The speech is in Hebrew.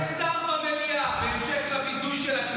אין שר במליאה, בהמשך לביזוי של הכנסת.